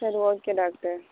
சரி okay doctor